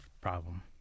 problem